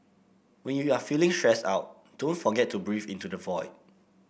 when you are feeling stressed out don't forget to breathe into the void